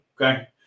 okay